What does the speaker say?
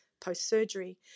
post-surgery